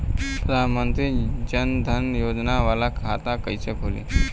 प्रधान मंत्री जन धन योजना वाला खाता कईसे खुली?